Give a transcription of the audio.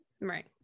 right